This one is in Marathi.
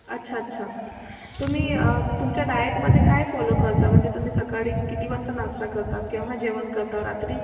अच्छा अच्छा तुम्ही तुमच्या डायटमध्ये काय फॉलो करता म्हणजे तुम्ही सकाळी किती वाजता नाश्ता करता केव्हा जेवण करता रात्री